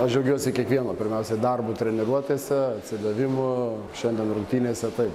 aš džiaugiuosi kiekvieno pirmiausiai darbu treniruotėse atsidavimu šiandien rungtynėse tai